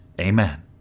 amen